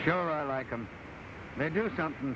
sure i like them they do something